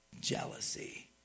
Jealousy